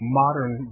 modern